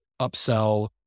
upsell